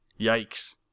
yikes